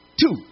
two